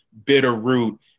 Bitterroot